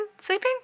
sleeping